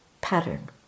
pattern